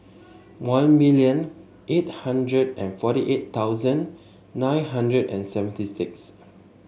one million eight hundred and forty eight thousand nine hundred and seventy six